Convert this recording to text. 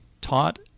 taught